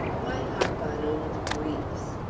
why harp on old griefs?